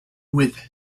with